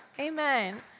amen